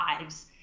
lives